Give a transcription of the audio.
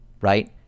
Right